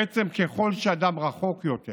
בעצם, ככל שאדם רחוק יותר